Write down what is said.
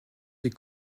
des